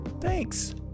Thanks